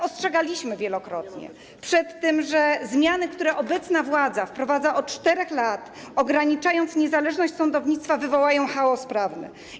Ostrzegaliśmy wielokrotnie przed tym, że zmiany, które obecna władza wprowadza od 4 lat, ograniczając niezależność sądownictwa, wywołają chaos prawny.